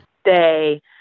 stay